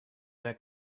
that